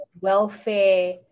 welfare